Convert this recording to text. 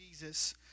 Jesus